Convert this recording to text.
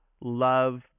love